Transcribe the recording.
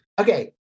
okay